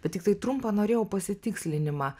bet tiktai trumpą norėjau pasitikslinimą